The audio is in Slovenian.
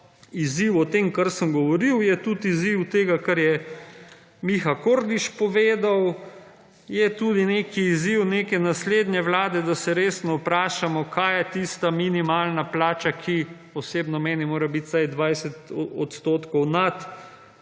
izziv o tem, kar sem govoril. Je tudi izziv tega, kar je Miha Kordiš povedal. Je tudi neki izziv neke naslednje vlade, da se resno vprašamo kaj je tista minimalna plače, ki osebno meni mora biti vsaj 20 odstotkov nad